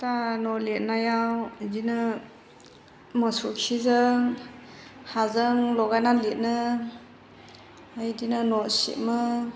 दा न' लिरनायाव बेदिनो मोसौखिजों हाजों लगायनानै लिरनो बेदिनो न'सिबो